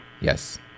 Yes